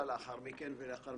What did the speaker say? בואו נשים את זה על השולחן.